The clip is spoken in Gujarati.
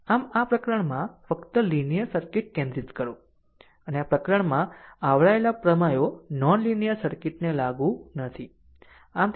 આમ આ પ્રકરણમાં ફક્ત લીનીયર સર્કિટ કેન્દ્રિત કરો અને આ પ્રકરણમાં આવરાયેલ પ્રમેયો નોન લીનીયર સર્કિટને લાગુ નથી આમ તે